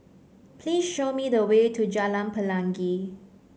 please show me the way to Jalan Pelangi